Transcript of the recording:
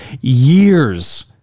years